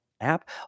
app